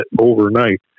overnight